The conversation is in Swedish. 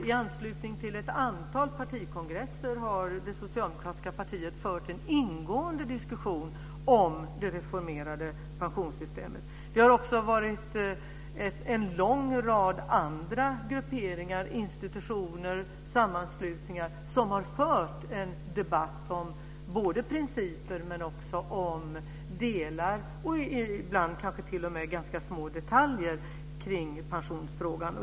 I anslutning till ett antal partikongresser har det socialdemokratiska partiet fört en ingående diskussion om det reformerade pensionssystemet. Det har också varit en lång rad andra grupperingar, institutioner och sammanslutningar som har fört en debatt om principer men också om delar och ibland kanske t.o.m. ganska små detaljer i pensionsfrågan.